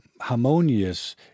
harmonious